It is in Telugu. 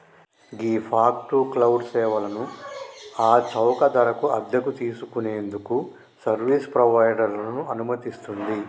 గీ ఫాగ్ టు క్లౌడ్ సేవలను ఆ చౌక ధరకు అద్దెకు తీసుకు నేందుకు సర్వీస్ ప్రొవైడర్లను అనుమతిస్తుంది